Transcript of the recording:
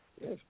Yes